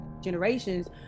generations